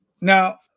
Now